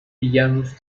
villanos